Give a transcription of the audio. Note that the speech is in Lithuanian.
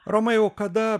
romai o kada